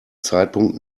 zeitpunkt